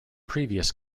previous